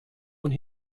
und